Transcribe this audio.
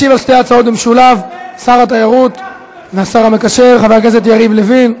משיב על שתי ההצעות במשולב שר התיירות והשר המקשר חבר הכנסת יריב לוין.